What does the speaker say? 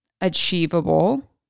achievable